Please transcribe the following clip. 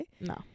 No